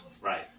right